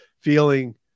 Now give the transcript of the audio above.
feeling